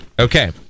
Okay